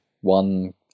one